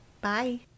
Bye